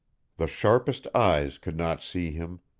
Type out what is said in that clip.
the sharpest eyes could not see him,